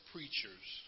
Preachers